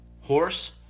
horse